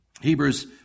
Hebrews